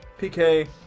PK